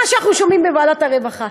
מה שאנחנו שומעים בוועדת הרווחה,